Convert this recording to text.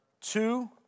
two